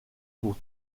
pour